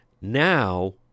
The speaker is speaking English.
Now